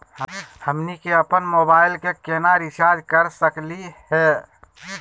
हमनी के अपन मोबाइल के केना रिचार्ज कर सकली हे?